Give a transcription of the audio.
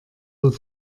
wird